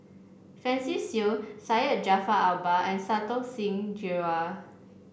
Francis Seow Syed Jaafar Albar and Santokh Singh Grewal